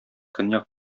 көньяк